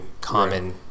Common